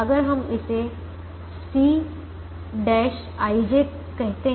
अगर हम इसे Cꞌij कहते हैं